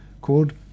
called